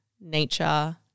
Nature